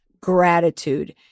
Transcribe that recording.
gratitude